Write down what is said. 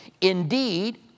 Indeed